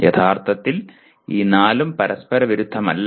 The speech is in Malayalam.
യഥാർത്ഥത്തിൽ ഈ നാലും പരസ്പരവിരുദ്ധമല്ല